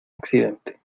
accidente